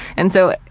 and so,